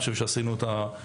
אני חושב שעשינו את המרב.